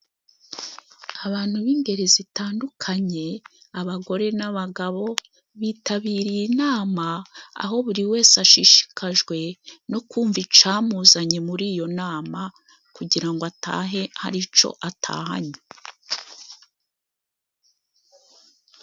Abantu b'ingeri zitandukanye, abagore n'abagabo bitabiriye inama, aho buri wese ashishikajwe no kumva icamuzanye muri iyo nama kugira ngo atahe hari ico atahanye.